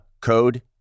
code